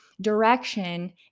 direction